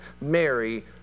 Mary